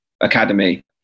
academy